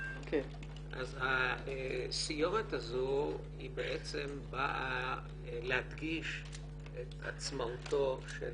היתה עלי כבר בדוח המעונות בתחילת דרכי